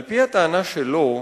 על-פי הטענה שלו,